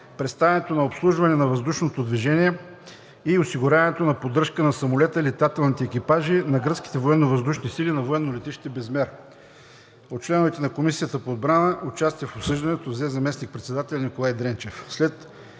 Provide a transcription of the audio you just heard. предоставянето на обслужване на въздушното движение и осигуряването на поддръжка на самолета и летателните екипажи на гръцките военновъздушни сили на военно летище Безмер. От членовете на Комисията по отбрана участие в обсъждането взе заместник-председателят Николай Дренчев.